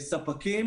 לספקים,